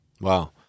Wow